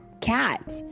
cat